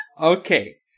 Okay